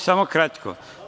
Samo kratko.